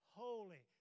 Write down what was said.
holy